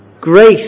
Grace